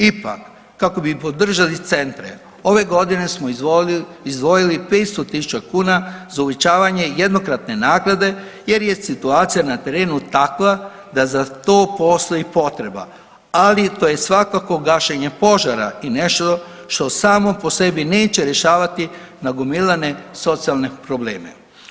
Ipak kako bi podržali centre ove godine smo izdvojili 500.000 kuna za uvećavanje jednokratne naknade jer je situacija na terenu takva da za to postoji potreba, ali to je svakako gašenje požara i nešto što samo po sebi neće rješavati nagomilane socijalne probleme.